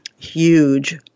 huge